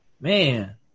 man